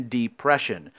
depression